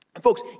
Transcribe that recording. Folks